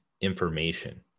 information